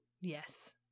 Yes